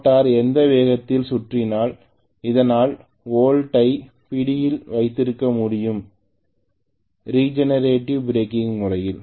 motor எந்த வேகத்தில் சுற்றினால் அதனால் லோட் ஐ தன் பிடியில் வைத்திருக்க முடியும் ரிஜெனரேட்டிவ் பிரேக்கிங் முறையில்